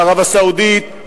לערב-הסעודית,